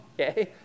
okay